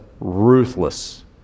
ruthless